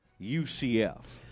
UCF